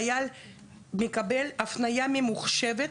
חייל מקבל הפנייה ממוחשבת,